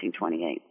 1928